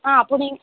ஆ புரியுது